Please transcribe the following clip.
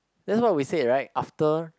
that's what we said right after